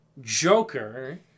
Joker